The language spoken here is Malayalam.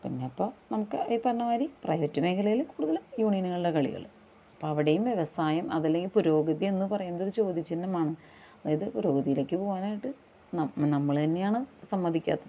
പിന്നെ ഇപ്പം നമുക്ക് ഈ പറഞ്ഞമാതിരി പ്രൈവറ്റ് മേഖലയില് കൂടുതലും യൂണിയനുകളുടെ കളികള് അപ്പോൾ അവിടെയും വ്യവസായം അതല്ലെങ്കിൽ പുരോഗതിയെന്ന് പറയുന്നത് ഒരു ചോദ്യ ചിഹ്നമാണ് അതായത് പുരോഗതിയിലേക്ക് പോകാനായിട്ട് നാം നമ്മളെ തന്നെയാണ് സമ്മതിക്കാത്തത്